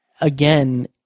again